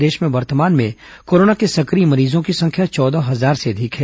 प्रदेश में वर्तमान में कोरोना के सक्रिय मरीजों की संख्या चौदह हजार से अधिक है